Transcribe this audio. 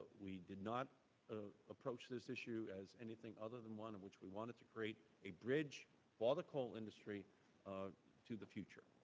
we did not ah approach this issue as anything other than one in which we wanted to create a bridge for the coal industry ah to the future.